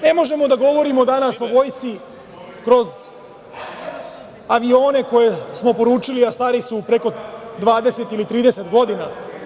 Ne možemo da govorimo danas o vojsci kroz avione koje smo poručili, a stari su preko 20, 30 godina.